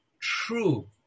true